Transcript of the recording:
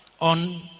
On